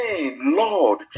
Lord